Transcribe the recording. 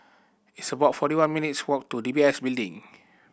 it's about forty one minutes' walk to D B S Building